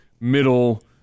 middle